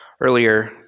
Earlier